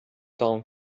town